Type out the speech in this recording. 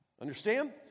Understand